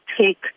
take